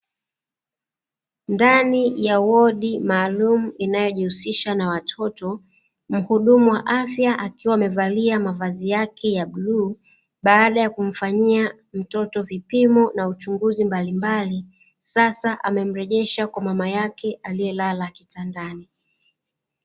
Ndani ya wodi maalumu, inayojihusisha na watoto, mhudumu wa afya akiwa amevalia mavazi yake ya bluu, baada ya kumfanyia mtoto vipimo na uchunguzi mbalimbali, sasa amemrejesha kwa mama yake aliyelala kitandani.